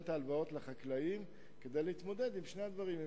את ההלוואות לחקלאים כדי להתמודד עם שני הדברים,